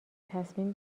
تصمیم